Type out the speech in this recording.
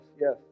yes